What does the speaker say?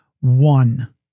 one